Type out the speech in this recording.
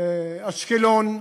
אשקלון,